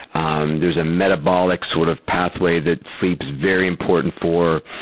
um there's a metabolic sort of pathway that sleep's very important for.